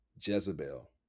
Jezebel